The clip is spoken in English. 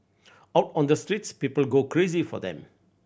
out on the streets people go crazy for them